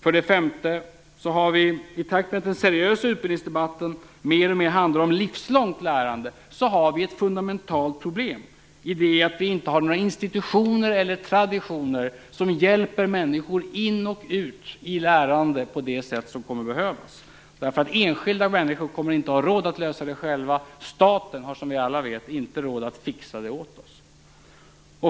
För det femte har vi, i takt med att den seriösa utbildningsdebatten mer och mer handlar om ett livslångt lärande, fått ett fundamentalt problem i det att vi inte har några institutioner eller traditioner som hjälper människor in och ut i lärande på det sätt som det kommer att behövas. Enskilda människor kommer inte att ha råd att lösa detta själva. Staten har inte, som vi alla vet, råd att fixa det åt oss.